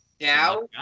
Now